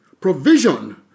provision